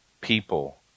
people